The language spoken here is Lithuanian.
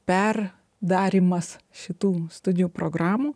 per darymas šitų studijų programų